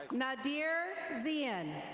nadeer zian.